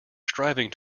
striving